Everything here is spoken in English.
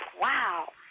Wow